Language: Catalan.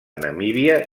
namíbia